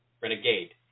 Renegade